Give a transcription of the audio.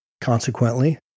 Consequently